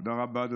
תודה רבה.